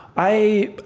i